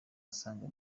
asaga